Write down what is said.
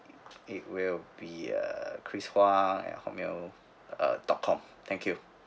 it will be uh chris Huang at hotmail uh dot com thank you